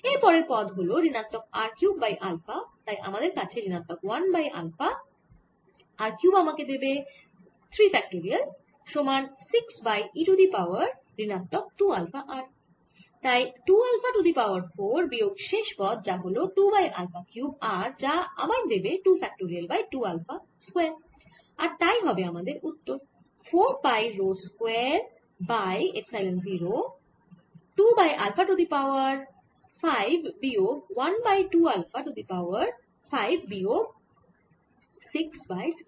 এরপরের পদ হল ঋণাত্মক r কিউব বাই আলফা তাই আমার আছে ঋণাত্মক 1 বাই আলফা r কিউব আমাকে দেবে তিন ফ্যাক্টোরিয়াল সমান 6 by e to the power ঋণাত্মক 2 আলফা r তাই 2 আলফা টু দি পাওয়ার 4 বিয়োগ শেষ পদ যা হল 2 বাই আলফা কিউব r যা আবার দেবে 2 ফ্যাক্টোরিয়াল বাই 2 আলফা স্কয়ার আর তাই হবে আমাদের উত্তর 4 pi rho square by epsilon 0 2 by alpha to the power 5 বিয়োগ 1 by 2 alpha to the power 5 বিয়োগ 6 বাই 16